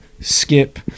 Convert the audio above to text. skip